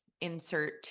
insert